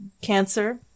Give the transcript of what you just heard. cancer